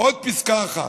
עוד פסקה אחת,